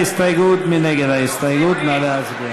ההסתייגות של חבר הכנסת אבי דיכטר לסעיף 1 נתקבלה.